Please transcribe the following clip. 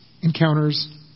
encounters